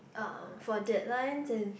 uh for deadlines and